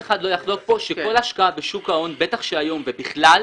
שכל השקעה בשוק ההון, בטח שהיום אבל גם בכלל,